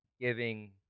giving